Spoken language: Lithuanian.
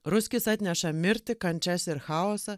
ruskis atneša mirtį kančias ir chaosą